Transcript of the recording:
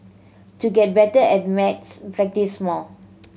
to get better at maths practise more